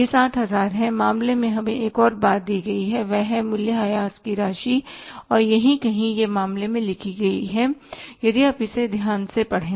यह 60000 है मामले में हमें एक और बात जो दी गई वह है मूल्यह्रास की राशि और यही कहीं यह मामले में लिखी है यदि आप इसे ध्यान से पढ़ें